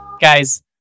Guys